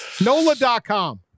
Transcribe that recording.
Nola.com